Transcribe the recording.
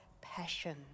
passion